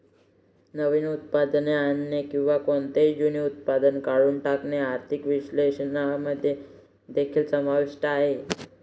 नवीन उत्पादने आणणे किंवा कोणतेही जुने उत्पादन काढून टाकणे आर्थिक विश्लेषकांमध्ये देखील समाविष्ट आहे